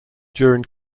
during